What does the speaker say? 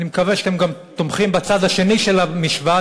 אני מקווה שאתם גם תומכים בצד השני של המשוואה,